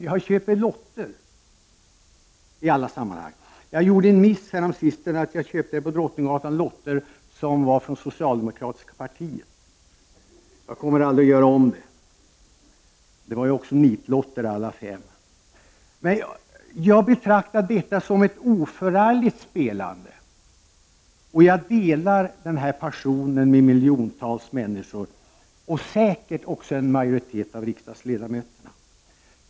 Jag köper lotter i alla sammanhang. Jag gjorde en miss häromsistens. Jag köpte nämligen lotter från socialdemokratiska partiet här på Drottninggatan. Jag kommer aldrig att göra om det. Alla fem lotterna var också nitlotter. Men jag betraktar sådant spelande som ett oförargligt spelande. Jag delar den här passionen med miljontals människor — säkert också med majoriteten av riksdagens ledamöter.